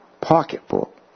pocketbook